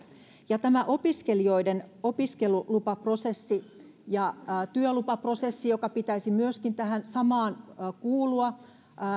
ja tämä opiskelijoiden opiskelulupaprosessi ja työlupaprosessi joiden pitäisi myöskin tähän samaan kuulua